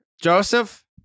Joseph